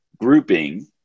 grouping